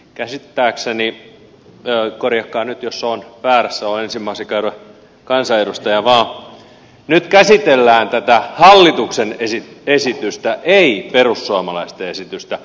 käsittääkseni korjatkaa nyt jos olen väärässä olen ensimmäisen kauden kansanedustaja vaan nyt käsitellään tätä hallituksen esitystä ei perussuomalaisten esitystä